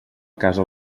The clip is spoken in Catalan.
casa